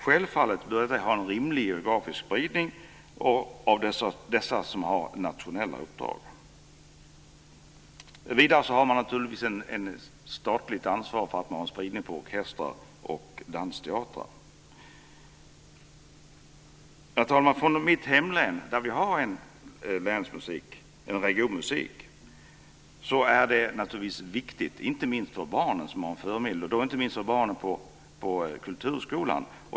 Självfallet bör det vara en rimlig geografisk spridning av dem som har nationella uppdrag. Vidare har man naturligtvis ett statligt ansvar för att det är en spridning av orkestrar och dansteatrar. Herr talman! I mitt hemlän har vi regionmusik. Det är naturligtvis viktigt, inte minst för barnen på kulturskolan.